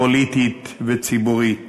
פוליטית וציבורית